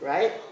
Right